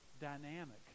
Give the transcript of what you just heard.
dynamic